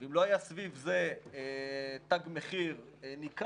ואם לא היה סביב זה תג מחיר ניכר,